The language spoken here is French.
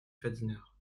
fadinard